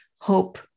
hope